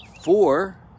four